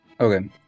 okay